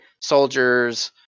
soldiers